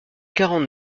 quarante